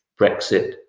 Brexit